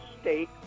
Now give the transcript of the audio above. State